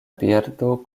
birdo